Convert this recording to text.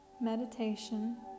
meditation